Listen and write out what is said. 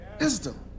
wisdom